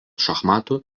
šachmatų